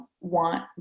want